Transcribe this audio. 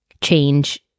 change